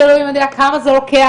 שאלוהים יודע כמה זה לוקח,